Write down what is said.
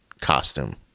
costume